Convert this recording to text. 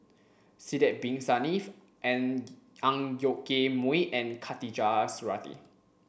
Sidek Bin Saniff and Ang Yoke Mooi and Khatijah Surattee